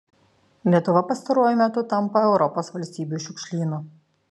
lietuva pastaruoju metu tampa europos valstybių šiukšlynu